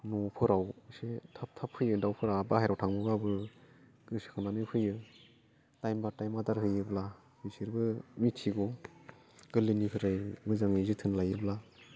न'फोराव एसे थाब थाब फैयो दाउफोरा बाहेराव थाङोबाबो गोसोखांनानै फैयो टाइम बाय टाइम आदार होयोब्ला बिसोरबो मिथिगौ गोरलैनिफ्राय मोजाङै जोथोन लायोब्ला